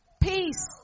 Peace